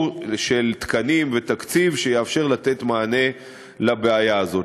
של תקנים ותקציב שיאפשרו לתת מענה לבעיה הזאת.